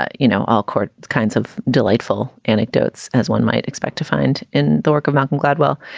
ah you know, all caught kinds of delightful anecdotes, as one might expect to find in the work of malcolm gladwell